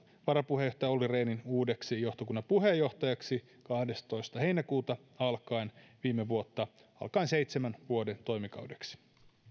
varapuheenjohtaja olli rehnin uudeksi johtokunnan puheenjohtajaksi kahdestoista heinäkuuta viime vuonna alkaen seitsemän vuoden toimikaudeksi